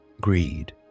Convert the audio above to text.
Greed